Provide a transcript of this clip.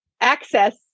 access